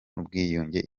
n’ubwiyunge